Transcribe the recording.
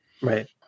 Right